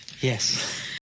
yes